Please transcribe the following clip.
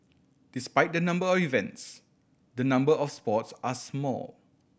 despite the number of events the number of sports are small